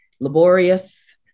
laborious